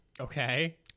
Okay